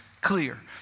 clear